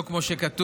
זה לא כמו שכתוב,